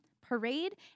parade